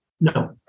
no